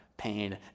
pain